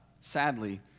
sadly